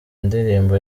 indirimbo